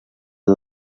als